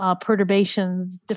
perturbations